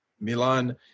Milan